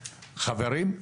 חברים,